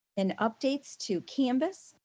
and updates to canvas,